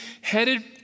headed